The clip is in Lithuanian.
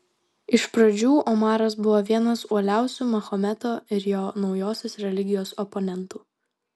iš pradžių omaras buvo vienas uoliausių mahometo ir jo naujosios religijos oponentų